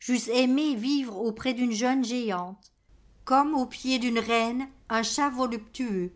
j'eusse aimé vivre auprès d'une jeune géante comme aux pieds d'une reine un chat voluptueux